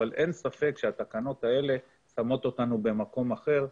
אבל אין ספק שהתקנות האלה שמות אותנו במקום אחר,